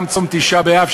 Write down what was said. גם צום ט' באב,